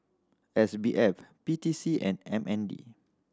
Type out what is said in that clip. S B F P T C and M N D